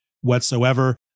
whatsoever